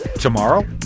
tomorrow